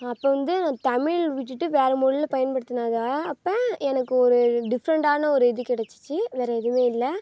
அப்போ வந்து நான் தமிழ் விட்டுவிட்டு வேறு மொழியில் பயன்படுத்துனதாக அப்போ எனக்கு ஒரு டிஃப்ரெண்ட்டான ஒரு இது கிடச்சுச்சி வேறு எதுவுமே இல்லை